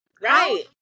Right